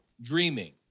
dreaming